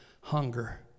hunger